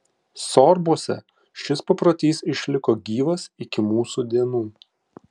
sorbuose šis paprotys išliko gyvas iki mūsų dienų